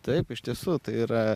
taip iš tiesų tai yra